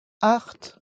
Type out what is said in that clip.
acht